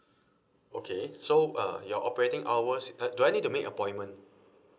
okay so uh your operating hours uh do I need to make appointment